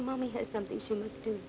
mommy had something to